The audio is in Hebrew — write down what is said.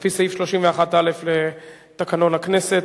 על-פי סעיף 31(א) לתקנון הכנסת.